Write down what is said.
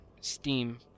Steam